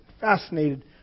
fascinated